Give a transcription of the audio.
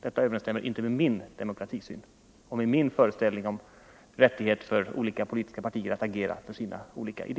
Detta överensstämmer icke med min demokratisyn och min föreställning om de rättigheter som olika politiska partier bör ha att agera för sina idéer.